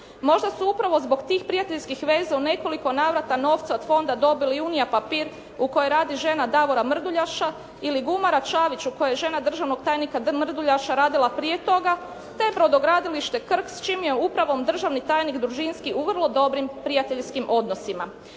Možda su upravo zbog tih prijateljskih veza u nekoliko navrata novce od Fonda dobili i Unija papir u kojoj radi žena Davora Mrduljaša ili Gumara Čavić u kojoj žena državnog tajnika D. Mrduljaša radila prije toga te Brodogradilište Krk s čijom je upravom državni tajnik Ružinski u vrlo dobrim prijateljskim odnosima.